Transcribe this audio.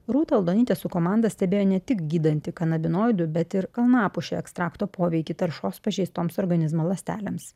rūta aldonytė su komanda stebėjo ne tik gydanti kanabinoidų bet ir kalnapušių ekstrakto poveikį taršos pažeistoms organizmo ląstelėms